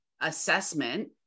assessment